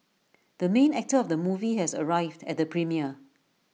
the main actor of the movie has arrived at the premiere